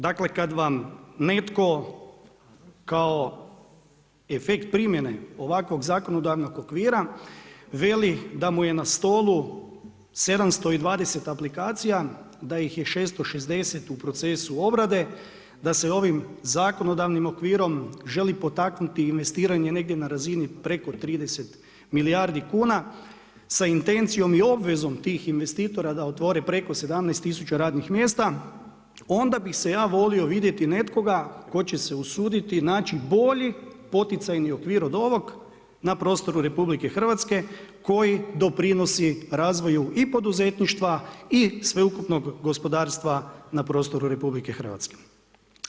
Dakle, kad vam netko kao efekt primjene ovakvog zakonodavnog okvira veli da vam je na stolu 720 aplikacija, da ih je 660 u procesu obrade, da se ovim zakonodavnim okvirom želi potaknuti investiranje negdje na razini preko 30 milijardi kuna sa intencijom i obvezom tih investitora da otvore preko 17000 radnih mjesta, onda bih se ja volio vidjeti nekoga tko će se usuditi naći bolji poticajni okvir od ovog na prostoru Republike Hrvatske koji doprinosi razvoju i poduzetništva i sveukupnog gospodarstva na prostoru Republike Hrvatske.